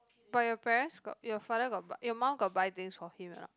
but your parents got your father got bu~ your mum got buy things for him or not